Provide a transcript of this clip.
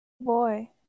Boy